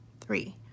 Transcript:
three